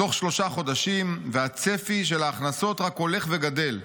תוך שלושה חודשים והצפי של ההכנסות רק הולך וגדל.